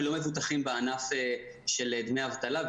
הם לא מבוטחים בענף של דמי אבטלה,